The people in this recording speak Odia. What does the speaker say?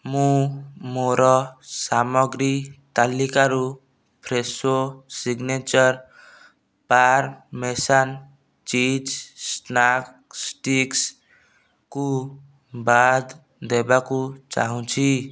ମୁଁ ମୋର ସାମଗ୍ରୀ ତାଲିକାରୁ Fresho signature parmesan cheese snack ଷ୍ଟିକ୍ସ୍କୁ ବାଦ୍ ଦେବାକୁ ଚାହୁଁଛି